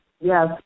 Yes